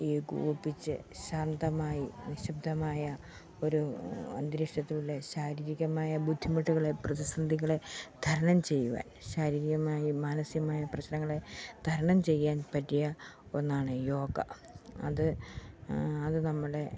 ഏകോപിപ്പിച്ച് ശാന്തമായി നിഷിബ്ദ്ധമായ ഒരു അന്തരീക്ഷത്തിലെ ശാരീരികമായ ബുദ്ധിമുട്ടുകളെ പ്രതിസന്ധികളെ തരണം ചെയ്യുവാൻ ശാരീരികമായും മാനസികമായും പ്രശ്നങ്ങളെ തരണം ചെയ്യാൻ പറ്റിയ ഒന്നാണ് യോഗ അത് അത് നമ്മുടെ